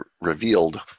Revealed